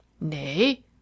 Nay